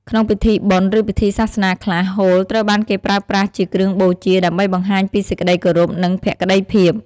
ក្នុងពិធីបុណ្យ ឬពិធីសាសនាខ្លះ ហូលត្រូវបានគេប្រើប្រាស់ជាគ្រឿងបូជា ដើម្បីបង្ហាញពីសេចក្តីគោរព និងភក្តីភាព។